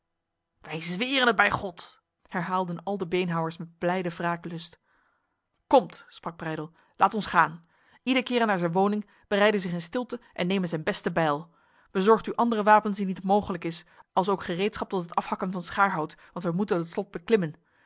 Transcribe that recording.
wij zweren het bij god herhaalden al de beenhouwers met blijde wraaklust komt sprak breydel laat ons gaan ieder kere naar zijn woning bereide zich in stilte en neme zijn beste bijl bezorgt u andere wapens indien het mogelijk is alsook gereedschap tot het afhakken van schaarhout want wij moeten het slot beklimmen